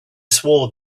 swore